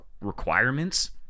requirements